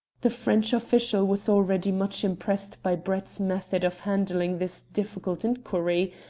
the french official was already much impressed by brett's method of handling this difficult inquiry,